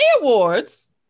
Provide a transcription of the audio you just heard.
Awards